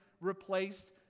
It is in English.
replaced